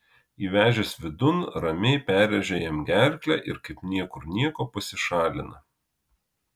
įvežęs vidun ramiai perrėžia jam gerklę ir kaip niekur nieko pasišalina